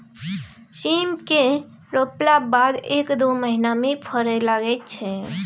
सीम केँ रोपला बाद एक दु महीना मे फरय लगय छै